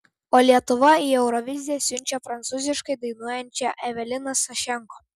o lietuva į euroviziją siunčia prancūziškai dainuojančią eveliną sašenko